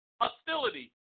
hostility